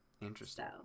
Interesting